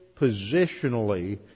positionally